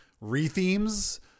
re-themes